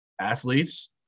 athletes